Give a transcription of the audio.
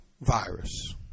virus